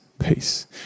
peace